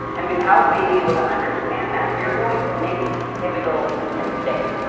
and without being able to understand that you're going to make pivotal mistakes.